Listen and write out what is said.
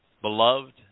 Beloved